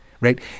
right